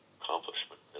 accomplishment